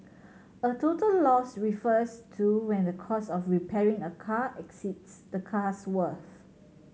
a total loss refers to when the cost of repairing a car exceeds the car's worth